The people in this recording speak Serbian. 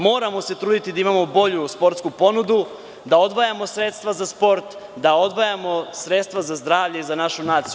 Moramo se truditi da imamo bolju sportsku ponudu, da odvajamo sredstva za sport, da odvajamo sredstva za zdravlje, za našu naciju.